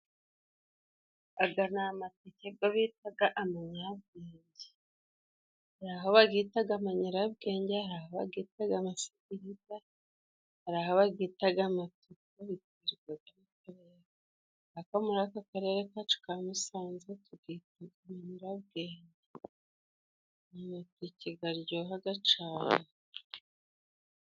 Aya ni amateke yo bita amanyirabwenge, hari aho bayita amanyirabwenge hari aho bayita amasitirida, ariko muri aka karere kacu ka Musanze tuyita amanyirabwenge, amateke aryoha cyane.